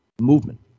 movement